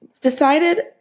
decided